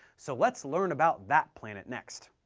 so let's learn about that planet next.